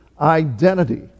identity